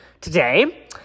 today